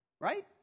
Right